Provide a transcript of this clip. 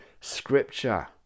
scripture